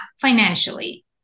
financially